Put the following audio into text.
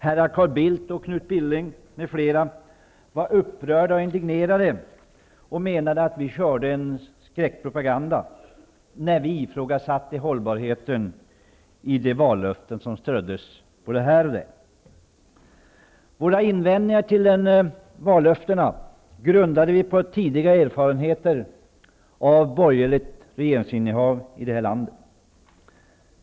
Herrar Carl Bildt och Knut Billing m.fl. var upprörda och indignerade och menade att vi körde en skräckpropaganda när vi ifrågasatte hållbarheten i de vallöften som ströddes både här och där. Våra invändningar mot vallöftena grundade vi på tidigare erfarenheter av borgerligt regeringsinnehav i det här landet.